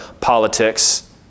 politics